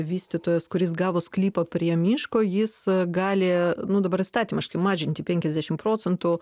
vystytojas kuris gavo sklypą prie miško jis gali nu dabar įstatymiškai mažinti penkiasdešimt procentų